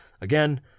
Again